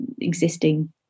existing